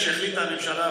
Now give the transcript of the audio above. כשהחליטה הממשלה,